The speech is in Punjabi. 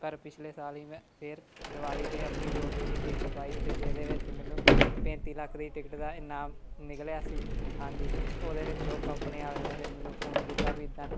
ਪਰ ਪਿਛਲੇ ਸਾਲ ਹੀ ਮੈਂ ਫਿਰ ਦਿਵਾਲੀ 'ਤੇ ਆਪਣੀ ਲੋਟਰੀ ਦੀ ਟਿਕਟ ਪਾਈ ਅਤੇ ਜਿਹਦੇ ਵਿੱਚ ਮੈਨੂੰ ਪੈਂਤੀ ਲੱਖ ਦੀ ਟਿਕਟ ਦਾ ਇਨਾਮ ਨਿਕਲਿਆ ਸੀ ਹਾਂਜੀ ਅਤੇ ਉਹਦੇ ਵਿੱਚ ਉਹ ਕੰਪਨੀ ਵਾਲੇ ਨੇ ਫਿਰ ਮੈਨੂੰ ਫੋਨ ਕੀਤਾ ਵੀ ਇੱਦਾਂ